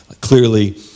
Clearly